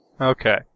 Okay